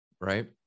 right